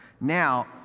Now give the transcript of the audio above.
Now